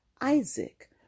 Isaac